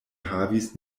havis